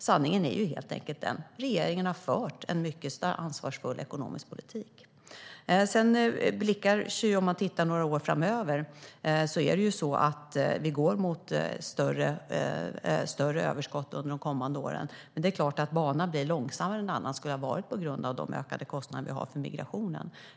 Sanningen är helt enkelt den att regeringen har fört en mycket ansvarsfull ekonomisk politik. Man kan titta framåt några år. Vi går mot större överskott under de kommande åren, men det är klart att banan blir långsammare än den annars skulle ha varit på grund av de ökade kostnader som vi har för migrationen.